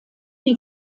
die